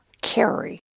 carry